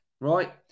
Right